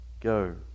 go